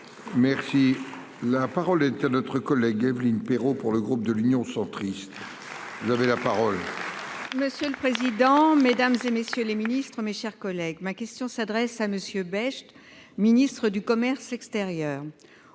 merci, la parole est à notre collègue Evelyne Perrot pour le groupe de l'Union centriste. Vous avez la parole. Monsieur le président, Mesdames et messieurs les ministres, mes chers collègues, ma question s'adresse à monsieur Becht Ministre du commerce extérieur,